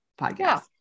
podcast